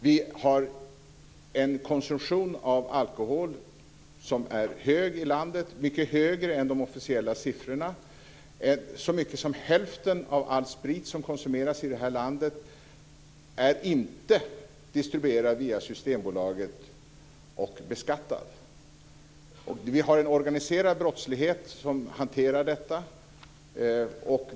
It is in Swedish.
Vi har en konsumtion av alkohol som är hög i landet - mycket högre än de officiella siffrorna. Så mycket som hälften av all sprit som konsumeras i landet är inte distribuerad via Systembolaget och beskattad. Det finns en organiserad brottslighet som hanterar detta.